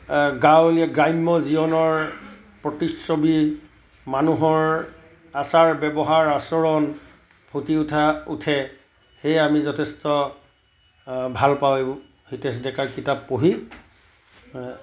গাঁৱলীয়া গ্ৰাম্য জীৱনৰ প্ৰতিচ্ছবি মানুহৰ আচাৰ ব্যৱহাৰ আচৰণ ফুটি উঠা উঠে সেয়া আমি যথেষ্ট ভাল পাওঁ এইবোৰ হিতেশ ডেকাৰ কিতাপ পঢ়ি